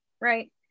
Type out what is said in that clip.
right